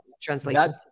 translation